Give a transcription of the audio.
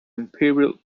imperial